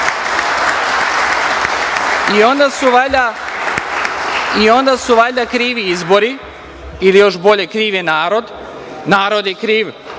i onda su valjda krivi izbori, ili još bolje, kriv je narod, narod je kriv